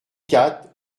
quatre